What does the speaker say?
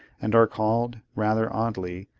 and are called, rather oddly,